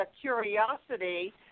curiosity